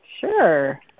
Sure